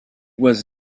was